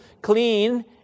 Clean